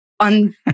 on